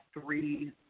three